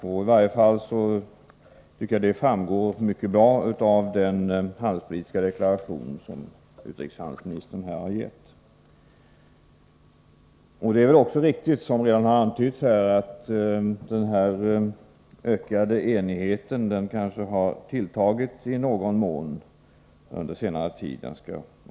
I varje fall tycker jag att detta framgår av den handelspolitiska deklaration som utrikeshandelsministern har givit. Det är väl också riktigt, såsom redan har antytts, att den ökade enigheten kanske har tilltagit i någon mån under senare tid.